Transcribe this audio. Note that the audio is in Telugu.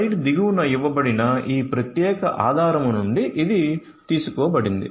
స్లైడ్ దిగువన ఇవ్వబడిన ఈ ప్రత్యేక ఆధారము నుండి ఇది తీసుకోబడింది